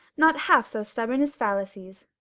not half so stubborn as fallacies.